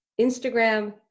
Instagram